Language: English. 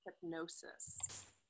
hypnosis